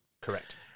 Correct